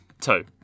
Two